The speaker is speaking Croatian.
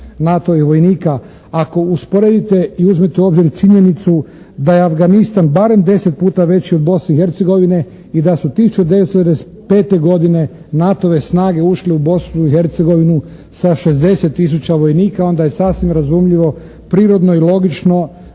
NATO-ovih vojnika. Ako usporedite i uzmete u obzir činjenicu da je Afganistan barem 10 puta veći od Bosne i Hercegovine i da su 1995. godine NATO-ve snage ušle u Bosnu i Hercegovinu sa 60 tisuća vojnika, onda je sasvim razumljivo, prirodno i logično